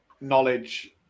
knowledge